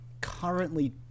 currently